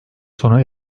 sona